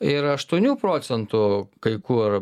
ir aštuonių procentų kai kur